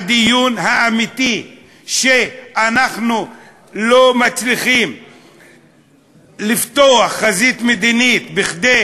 הדיון האמיתי שאנחנו לא מצליחים לפתוח חזית מדינית כדי